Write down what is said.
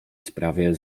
sprawie